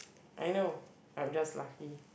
I know I'm just lucky